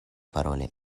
paroli